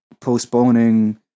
postponing